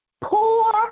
poor